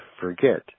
forget